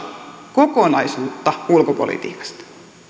kokonaisuutta ulkopolitiikasta